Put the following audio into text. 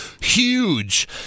Huge